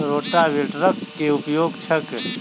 रोटावेटरक केँ उपयोग छैक?